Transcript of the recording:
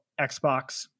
xbox